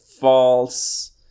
false